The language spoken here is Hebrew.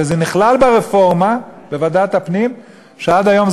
וזה נכלל ברפורמה בוועדת הפנים שעד היום,